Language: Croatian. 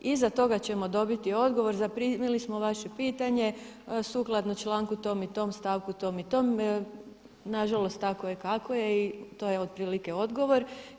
Iza toga ćemo dobiti odgovor, zaprimili smo vaše pitanje, sukladno članku tom i tom, stavku tom i tom, nažalost tako je kako je i to je otprilike odgovor.